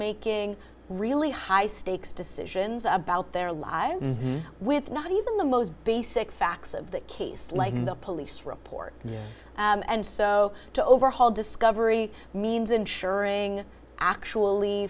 making really high stakes decisions about their lives with not even the most basic facts of the case like the police report and so to overhaul discovery means ensuring actually